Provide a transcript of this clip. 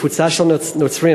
קבוצה של נוצרים,